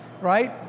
right